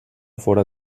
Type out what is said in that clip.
fóra